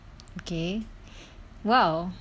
okay !wow!